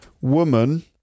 woman